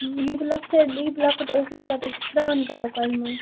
یہِ بہٕ لۄکٔچار یہِ بہٕ لۄکٔٹۍ آسٕس پَتہٕ ٲسۍ أسۍ سران کران کۄلہِ منٛز